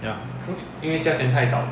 ya